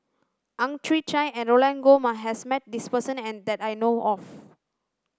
Ang Chwee Chai and Roland Goh has met this person that I know of